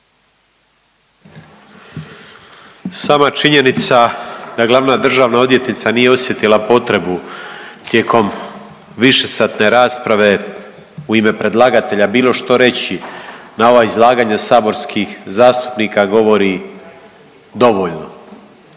Sama činjenica da glavna državna odvjetnica nije osjetila potrebu tijekom višesatne rasprave u ime predlagatelja bilo što reći na ova izlaganja saborski zastupnika govori dovoljno.